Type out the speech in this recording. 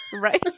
Right